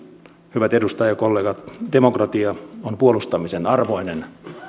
hyvät edustajakollegat demokratia on puolustamisen arvoinen